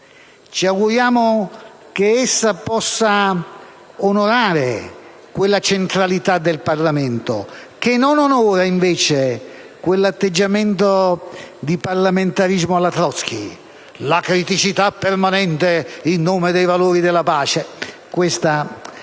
Ci auguriamo che essa possa onorare quella centralità del Parlamento che non onora invece quell'atteggiamento di parlamentarismo alla Trotzkij: la criticità permanente in nome dei valori della pace.